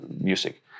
music